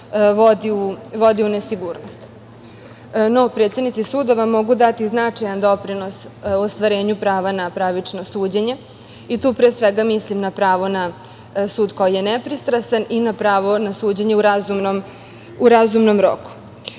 vodi u nesigurnost.No, predsednici sudova mogu dati značajan doprinos ostvarenju prava na pravično suđenje. Tu pre svega mislim na pravo na sud koji je nepristrastan i na pravo na suđenje u razumnom roku.